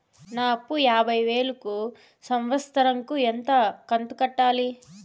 నా అప్పు యాభై వేలు కు సంవత్సరం కు ఎంత కంతు కట్టాలి?